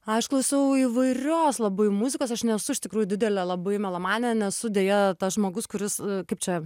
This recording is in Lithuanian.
aš klausau įvairios labai muzikos aš nesu iš tikrųjų didelė labai melomanė nesu deja tas žmogus kuris kaip čia